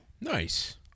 Nice